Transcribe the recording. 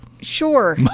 Sure